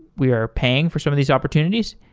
we are paying for some of these opportunities.